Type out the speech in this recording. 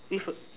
with a